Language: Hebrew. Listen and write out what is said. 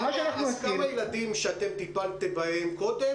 כמה ילדים שטיפלתם בהם קודם,